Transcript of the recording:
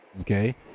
okay